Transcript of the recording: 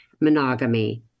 monogamy